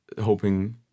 hoping